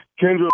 Kendra